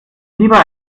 lieber